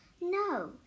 No